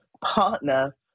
partner